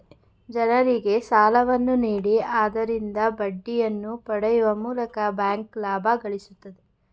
ಜನರಿಗೆ ಸಾಲವನ್ನು ನೀಡಿ ಆದರಿಂದ ಬಡ್ಡಿಯನ್ನು ಪಡೆಯುವ ಮೂಲಕ ಬ್ಯಾಂಕ್ ಲಾಭ ಗಳಿಸುತ್ತದೆ